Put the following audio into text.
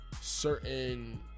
Certain